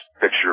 picture